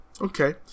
Okay